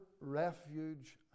refuge